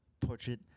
portrait